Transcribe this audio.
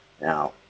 Now